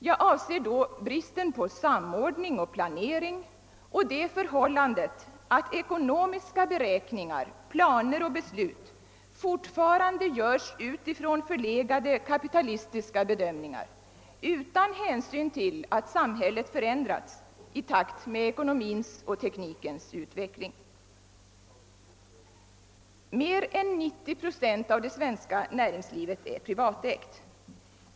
Jag avser då bristen på samordning och planering samt det förhållandet att ekonomiska beräkningar, planer och beslut fortfarande göres utifrån förlegade, kapitalistiska bedömningar och utan hänsyn till att samhället har förändrats i takt med ekonomins och teknikens utveckling. Mer än 90 procent av det svenska näringslivet är privatägt.